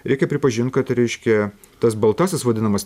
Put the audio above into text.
reikia pripažint kad reiškia tas baltasis vadinamas